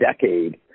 decade